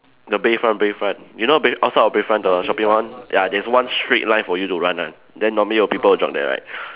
the Bayfront Bayfront you know Bay~ outside of Bayfront the shopping one ya there's one straight line for you to run one then normally will people jog there right